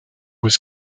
was